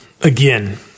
Again